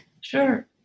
Sure